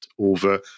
over